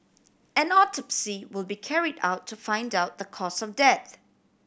an autopsy will be carried out to find out the cause of death